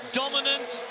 dominant